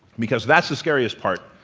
because that's the scariest part.